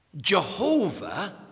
Jehovah